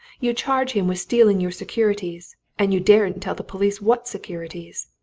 you charge him with stealing your securities and you daren't tell the police what securities!